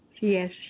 Yes